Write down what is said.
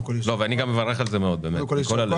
אני גם מברך על כך מאוד, באמת מכול הלב.